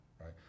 right